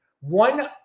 one